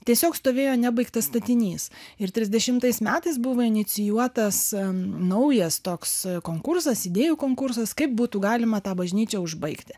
tiesiog stovėjo nebaigtas statinys ir trisdešimtais metais buvo inicijuotas naujas toks konkursas idėjų konkursas kaip būtų galima tą bažnyčią užbaigti